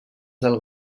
del